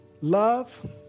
Love